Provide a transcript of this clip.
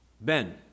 Ben